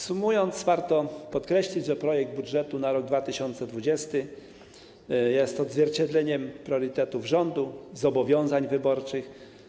Sumując, warto podkreślić, że projekt budżetu na rok 2020 jest odzwierciedleniem priorytetów rządu, zobowiązań wyborczych.